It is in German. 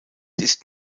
ist